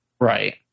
Right